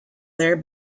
their